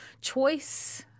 choice